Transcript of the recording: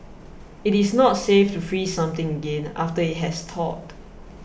it is not safe to freeze something again after it has thawed